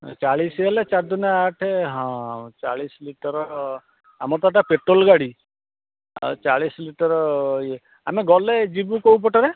ଚାଳିଶ ହେଲେ ଚାରି ଦୁଗୁଣେ ଆଠେ ହଁ ଚାଳିଶ ଲିଟର ଆମର ତ ଏଟା ପେଟ୍ରୋଲ ଗାଡ଼ି ଚାଳିଶ ଲିଟର ଇଏ ଆମେ ଗଲେ ଯିବୁ କେଉଁ ପଟରେ